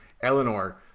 Eleanor